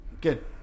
Good